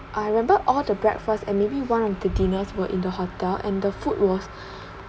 I remember all the breakfast and maybe one of the dinners were in the hotel and the food was